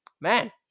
man